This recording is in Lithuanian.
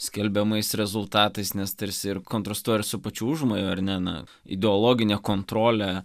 skelbiamais rezultatais nes tarsi ir kontrastuoja ir su pačiu užmoju ar ne na ideologinė kontrolė